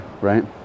right